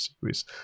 series